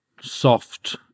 soft